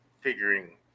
figuring